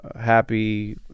happy